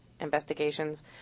investigations